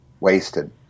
Wasted